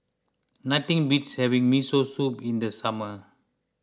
nothing beats having Miso Soup in the summer